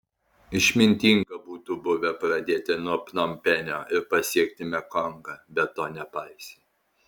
išmintinga būtų buvę pradėti nuo pnompenio ir pasiekti mekongą bet to nepaisei